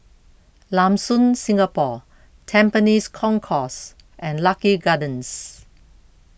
Lam Soon Singapore Tampines Concourse and Lucky Gardens